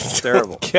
terrible